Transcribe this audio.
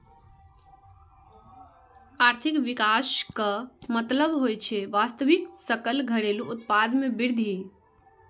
आर्थिक विकासक मतलब होइ छै वास्तविक सकल घरेलू उत्पाद मे वृद्धि